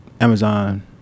Amazon